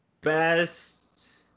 best